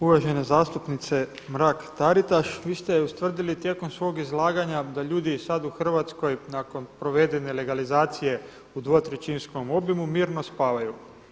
Uvažena zastupnice Mrak-Taritaš, vi ste ustvrdili tijekom svog izlaganja da ljudi sad u Hrvatskoj nakon provedene legalizacije u dvotrećinskom obimu mirno spavaju.